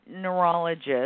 neurologist